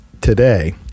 today